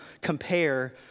compare